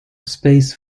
space